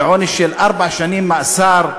ועונש של ארבע שנים מאסר.